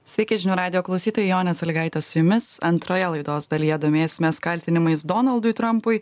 sveiki žinių radijo klausytojai jonė salygaitė su jumis antroje laidos dalyje domėsimės kaltinimais donaldui trampui